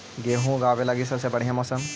गेहूँ ऊगवे लगी सबसे बढ़िया मौसम?